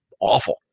awful